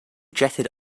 jetted